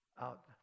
out